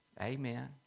Amen